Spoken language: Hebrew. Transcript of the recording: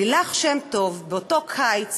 לילך שם טוב באותו קיץ